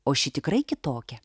o ši tikrai kitokia